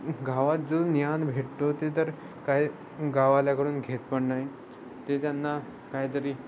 गावात जो ज्ञान भेटतो ते तर काय गाववाल्याकडून घेत पण नाही ते त्यांना कायतरी